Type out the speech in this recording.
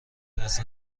دست